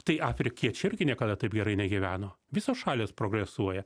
tai afrikiečiai irgi niekada taip gerai negyveno visos šalys progresuoja